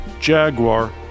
Jaguar